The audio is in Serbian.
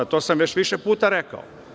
To sam već više puta rekao.